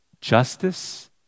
justice